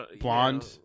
blonde